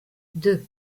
deux